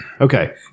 Okay